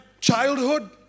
childhood